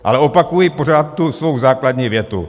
Ale opakuji pořád tu svou základní větu.